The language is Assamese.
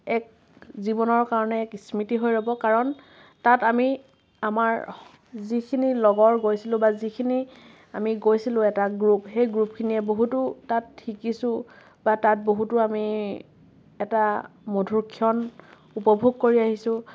এক জীৱনৰ কাৰণে এক স্মৃতি হৈ ৰ'ব কাৰণ তাত আমি আমাৰ যিখিনি লগৰ গৈছিলোঁ বা যিখিনি আমি গৈছিলোঁ এটা গ্ৰুপ সেই গ্ৰুপখিনিয়ে বহুতো তাত শিকিছোঁ বা তাত বহুতো আমি এটা মধুৰ ক্ষণ উপভোগ কৰি আহিছোঁ